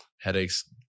headaches